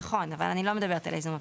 נכון, אבל אני לא מדברת על הייזום הבסיסי.